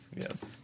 Yes